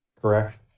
correct